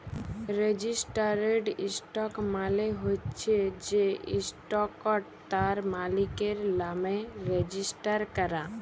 registered stock মালে হচ্যে যে ইসটকট তার মালিকের লামে রেজিস্টার ক্যরা